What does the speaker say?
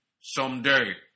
someday